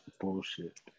bullshit